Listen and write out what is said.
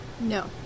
No